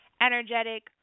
energetic